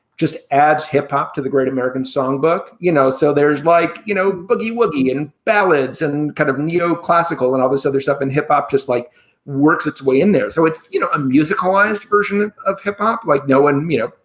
just adds hip hop to the great american songbook, you know, so there's like, you know, boogie woogie in ballads and kind of neo classical and all this other stuff. and hip hop just like works its way in there. so it's a musicalized version of hip hop, like no one, you know,